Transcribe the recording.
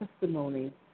testimony